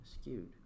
skewed